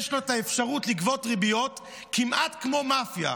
יש לו את האפשרות לגבות ריביות כמעט כמו מאפיה.